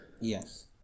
Yes